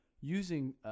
using